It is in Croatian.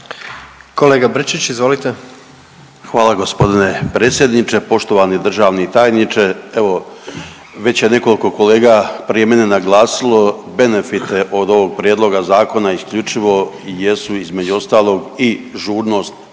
**Brčić, Luka (HDZ)** Hvala gospodine predsjedniče. Poštovani državni tajniče, evo već je nekoliko kolega prije mene naglasilo benefite od ovog prijedloga zakona isključivo jesu između ostalog i žurnost